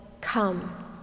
Come